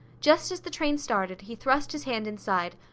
just as the train started he thrust his hand inside,